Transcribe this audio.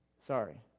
sorry